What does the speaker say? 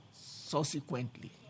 subsequently